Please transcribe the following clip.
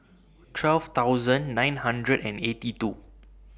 twelve thousand nine hundred and eighty two